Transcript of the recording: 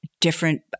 different –